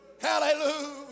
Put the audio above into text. hallelujah